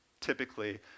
typically